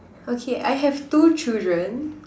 okay I have two children